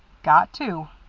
got to.